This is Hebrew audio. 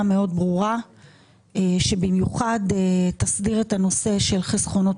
תחולה שתסדיר את התחולה בצורה חוקית,